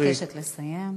אני רק מבקשת לסיים.